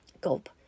gulp